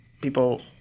people